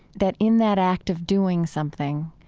that in that act of doing something,